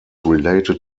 related